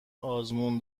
آزمون